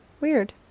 Weird